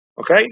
Okay